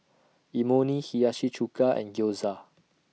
Imoni Hiyashi Chuka and Gyoza